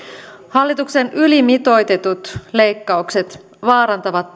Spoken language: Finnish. hallituksen ylimitoitetut leikkaukset vaarantavat